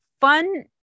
fun